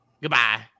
Goodbye